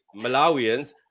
Malawians